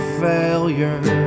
failure